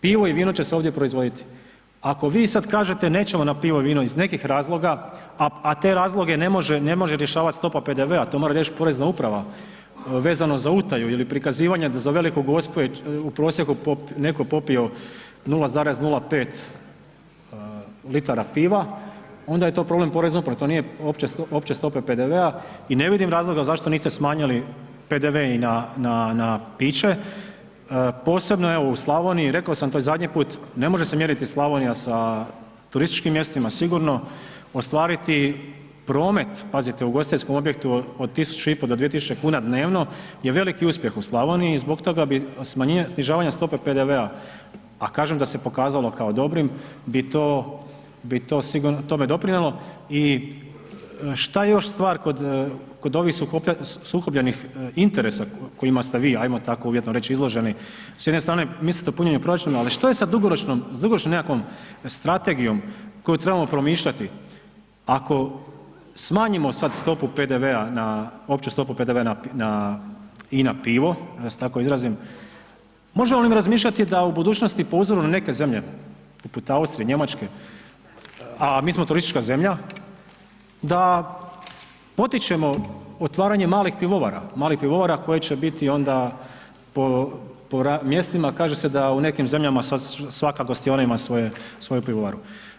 Pivo i vino će se ovdje proizvoditi, ako vi sad kažete nećemo na pivo i vino iz nekih razloga, a te razloge ne može rješavati stopa PDV-a, to mora riješiti porezna uprava vezano za utaju ili prikazivanje da za Veliku Gospu je u prosjeku neko popio 0,05 litara piva, onda je to problem porezne uprave, to nije opće stope PDV-a i ne vidim razloga zašto niste smanjili PDV i na, na, na piće, posebno evo u Slavoniji, reko sam to i zadnji put, ne može se mjerit Slavonija sa turističkim mjestima sigurno, ostvariti promet, pazite u ugostiteljskom objektu od 1.500,00 do 2.000,00 kn dnevno je veliki uspjeh u Slavoniji i zbog toga bi smanjenja, snižavanje stope PDV-a, a kažem da se pokazalo kao dobrim, bi to, bi to sigurno tome doprinijelo i šta je još stvar kod, kod ovih sukobljenih interesa kojima ste vi, ajmo tako uvjetno reć, izloženi, s jedne strane mislite o punjenju proračuna, ali što je sa dugoročnom, s dugoročnom nekakvom strategijom koju trebamo promišljati, ako smanjimo sad stopu PDV-a na, opću stopu PDV-a na i na pivo, da se tako izrazim, možemo li mi razmišljati da u budućnosti po uzoru na neke zemlje poput Austrije, Njemačke, a mi smo turistička zemlja, da potičemo otvaranje malih pivovara, malih pivovara koje će biti onda po, po mjestima, kaže se da u nekim zemljama sad svaka gostiona ima svoje, svoju pivovaru.